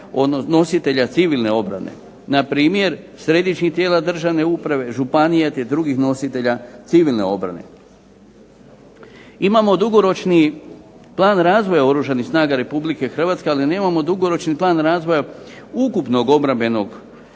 nositelja civilne obrane. Npr. središnjih tijela državne uprave, županija te drugih nositelja civilne obrane. Imamo dugoročni plan razvoja Oružanih snaga RH, ali nemamo dugoročni plan razvoja ukupnog obrambenog